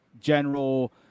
general